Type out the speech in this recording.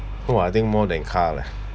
oh I think more than car leh